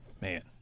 man